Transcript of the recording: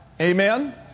Amen